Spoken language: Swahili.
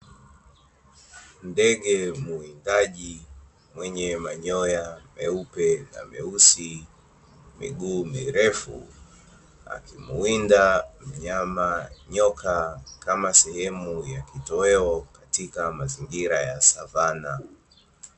Ndege mwindaji mwenye manyoya meupe na meusi, miguu mirefu, akimwinda mnyama nyoka kama sehemu ya kitoweo katika mazingira ya Savana.